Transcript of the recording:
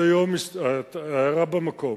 ההערה במקום.